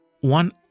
One